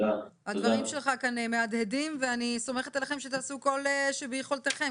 הדברים שלך כאן מהדהדים ואני סומכת עליכם שתעשו כל שביכולתכם